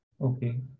Okay